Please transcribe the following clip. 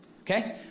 Okay